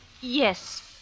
Yes